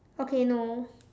okay no